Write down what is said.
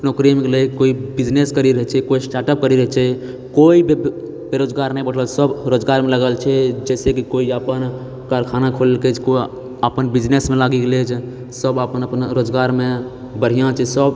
नौकरीम गेलै कोइ बिजनेस करि रहल छै कोइ स्टार्ट अप करि रहल छै कोइ बे बे बेरोजगार नहि बैठल छै सभ रोजगारमे लागल छै जाहिसँ कि कोइ अपन कारखाना खोललकै कोइ अपन बिजनेसमे लागि गेलै जे सभ अपन अपन रोजगारमे बढ़िआँ छै सभ